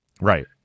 Right